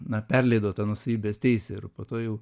na perleido tą nuosavybės teisę ir po to jau